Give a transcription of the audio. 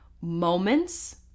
moments